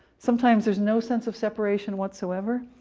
sometimes there's no sense of separation whatsoever.